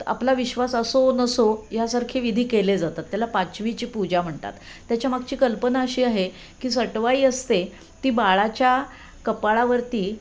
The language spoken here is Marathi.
आपला विश्वास असो नसो ह्यासारखे विधी केले जातात त्याला पाचवीची पूजा म्हणतात त्याच्या मागची कल्पना अशी आहे की सटवाई असते ती बाळाच्या कपाळावरती